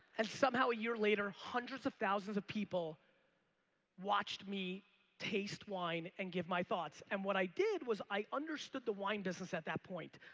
and somehow a year later hundreds of thousands of people watched me taste wine and give my thoughts and what i did was i understood the wine business at that point.